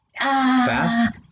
fast